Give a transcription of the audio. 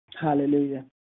Hallelujah